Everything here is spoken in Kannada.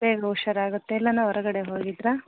ಬೇಗ ಹುಷಾರಾಗುತ್ತೆ ಎಲ್ಲಾನ ಹೊರಗಡೆ ಹೋಗಿದ್ದಿರಾ